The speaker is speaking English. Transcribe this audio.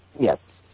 Yes